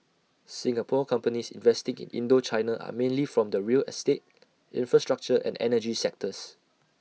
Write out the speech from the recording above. Singapore companies investigate Indochina are mainly from the real estate infrastructure and energy sectors